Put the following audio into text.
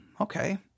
Okay